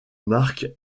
marks